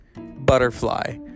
Butterfly